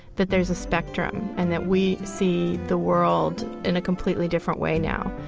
that there's a spectrum, and that we see the world in a completely different way now.